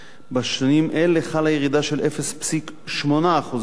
בשנים אלה חלה ירידה של 0.8% בשיעור